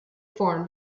form